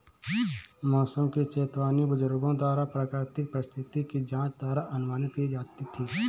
मौसम की चेतावनी बुजुर्गों द्वारा प्राकृतिक परिस्थिति की जांच द्वारा अनुमानित की जाती थी